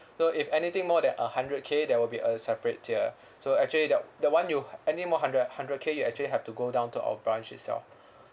so if anything more than a hundred K that will be a separate tier so actually the the one you any more hundred hundred K you actually have to go down to our branch itself